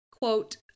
Quote